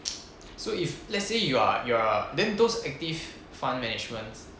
so if let's say you are you are then those active fund managements